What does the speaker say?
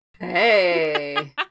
Hey